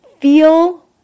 feel